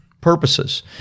purposes